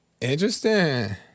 interesting